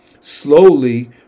Slowly